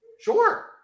Sure